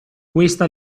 questa